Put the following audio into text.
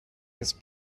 this